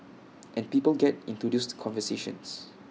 and people get into those conversations